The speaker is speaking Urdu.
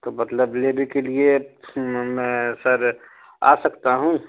تو مطلب لینے کے لیے میں سر آ سکتا ہوں